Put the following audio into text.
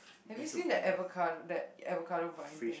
have you seen the avocado that avocado vine thing